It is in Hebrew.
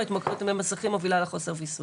שההתמכרות במסכים מובילה לחוסר וויסות?